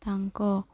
ତାଙ୍କ